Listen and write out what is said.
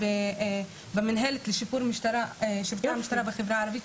שהיתה במנהלת לשיפור דימוי המשטרה בחברה הערבית,